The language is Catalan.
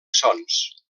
sons